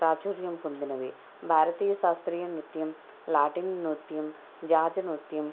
ప్రాచుర్యం పొందినవి భారతీయ శాస్త్రీయ నృత్యం లాటిన్ నృత్యం జాజి నృత్యం